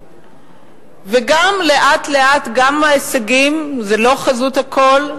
וגם, לאט-לאט, גם ההישגים זה לא חזות הכול,